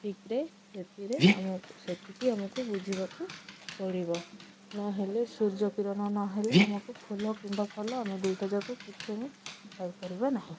ଠିକରେ ସେଥିରେ ଆମକୁ ସେତିକି ଆମକୁ ବୁଝିବାକୁ ପଡ଼ିବ ନହେଲେ ସୂର୍ଯ୍ୟ କିରଣ ନହେଲେ ଆମକୁ ଫୁଲ କିମ୍ବା ଫଲ ଆମେ ଦୁଇଟା ଯାକ କିଛି ଆମେ ପାଇପାରିବା ନାହିଁ